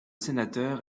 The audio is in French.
sénateur